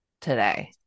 today